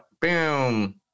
Boom